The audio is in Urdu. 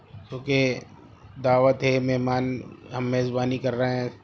کیونکہ دعوت ہے مہمان ہم میزبانی کر رہے ہیں